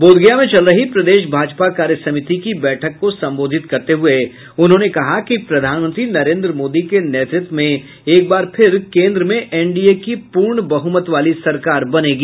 बोधगया में चल रही प्रदेश भाजपा कार्यसमिति की बैठक को संबोधित करते हये उन्होंने कहा कि प्रधानमंत्री नरेंद्र मोदी के नेतृत्व में एक बार फिर केंद्र में एनडीए की पूर्ण बहुमत वाली सरकार बनेगी